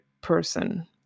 person